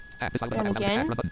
again